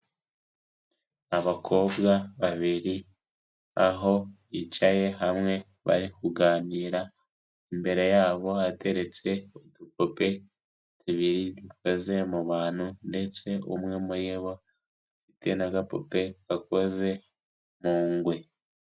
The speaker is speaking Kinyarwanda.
Abakobwa babiri aho bicaye hamwe bari kuganira, imbere yabo hateretse udupupe tubiri dukoze mu bantu ndetse umwe muri bo afite n'agapupe gakoze mu ngwe.